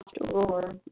roar